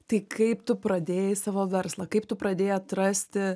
tai kaip tu pradėjai savo verslą kaip tu pradėjai atrasti